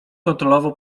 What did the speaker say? kontrolował